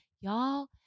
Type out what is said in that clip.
Y'all